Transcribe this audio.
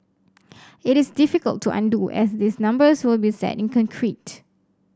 it is difficult to undo as these numbers will be set in concrete